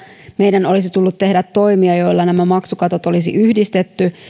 meidän olisi tullut tehdä toimia joilla nämä maksukatot olisi yhdistetty